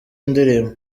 ndirimbo